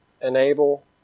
enable